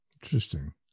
Interesting